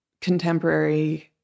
contemporary